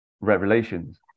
revelations